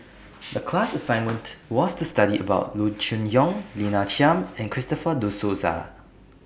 The class assignment was to study about Loo Choon Yong Lina Chiam and Christopher De Souza